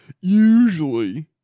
Usually